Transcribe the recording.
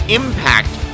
impact